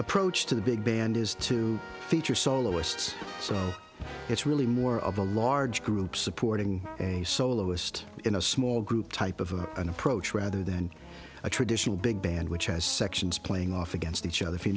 approach to the big band is to feature soloists so it's really more of a large group supporting a soloist in a small group type of an approach rather than a traditional big band which has sections playing off against each other